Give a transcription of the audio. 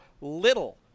little